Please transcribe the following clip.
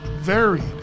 varied